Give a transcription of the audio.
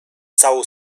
całą